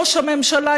ראש הממשלה,